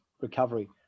recovery